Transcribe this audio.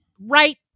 right